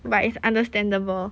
but it's understandable